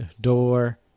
Door